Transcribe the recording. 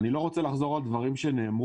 אני לא רוצה לחזור על דברים שנאמרו,